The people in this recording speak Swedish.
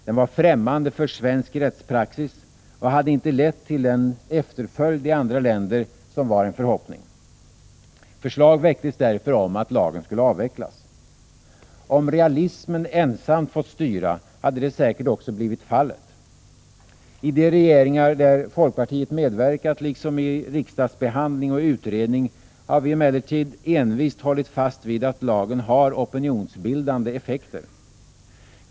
Den var främmande för svensk rättspraxis och hade inte lett till den efterföljd i andra länder som var en förhoppning. Förslag väcktes därför om att lagen skulle avvecklas. Om realismen ensamt fått styra hade det säkert också blivit fallet. I de regeringar där folkpartiet medverkat liksom i riksdagsbehandling och i utredning har vi emellertid envist hållit fast vid att lagen har opinionsbildande effekter.